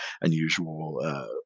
unusual